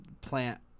plant